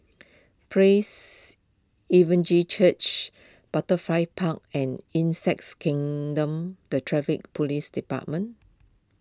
Praise Church Butterfly pound and Insects Kingdom the Traffic Police Department